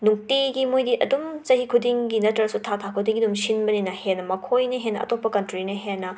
ꯅꯨꯡꯇꯤꯒꯤ ꯃꯣꯏꯗꯤ ꯑꯗꯨꯝ ꯆꯍꯤ ꯈꯨꯗꯤꯡꯒꯤ ꯅꯠꯇ꯭ꯔꯁꯨ ꯊꯥ ꯊꯥ ꯈꯨꯗꯤꯡꯒꯤ ꯑꯗꯨꯝ ꯁꯤꯟꯕꯅꯤꯅ ꯍꯦꯟꯅ ꯃꯈꯧꯏꯅ ꯍꯦꯟꯅ ꯑꯇꯣꯞꯄ ꯀꯟꯇ꯭ꯔꯤꯅ ꯍꯦꯟꯅ